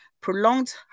prolonged